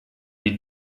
die